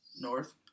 North